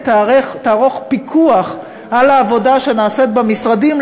תערוך פיקוח על העבודה שנעשית במשרדים,